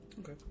Okay